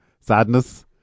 Sadness